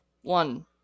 One